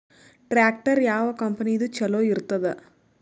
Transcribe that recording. Tractor ಯಾವ ಕಂಪನಿದು ಚಲೋ ಇರತದ?